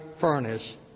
furnace